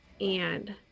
and-